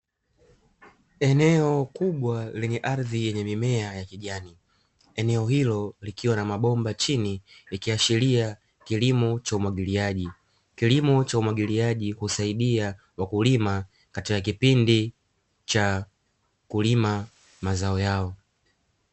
Eneo kubwa lile ardhi yenye mimea ya kijani eneo hilo, likiwa na mabomba chini nikiashiria kilimo cha umwagiliaji, kilimo cha umwagiliaji husaidia wakulima katika kipindi cha kulima mazao yao.